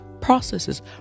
processes